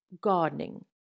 gardening